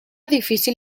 difícil